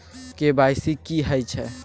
KYC की हय छै?